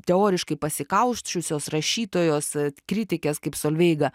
teoriškai pasikausčiusi rašytojos kritikės kaip solveiga